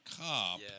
cop